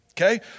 Okay